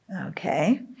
Okay